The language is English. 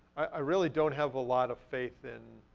i really don't have a lot of faith in